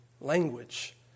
language